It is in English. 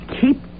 keep